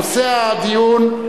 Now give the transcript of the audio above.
נושא הדיון,